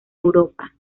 europa